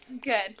good